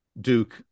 Duke